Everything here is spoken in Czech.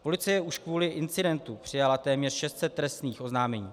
Policie už kvůli incidentu přijala téměř 600 trestních oznámení.